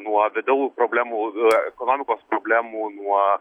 nuo vidaus problemų ekonomikos problemų nuo